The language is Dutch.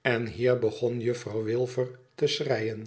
en hier begon juffrouw wilfer te